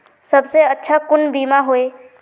सबसे अच्छा कुन बिमा होय?